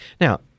Now